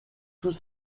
tout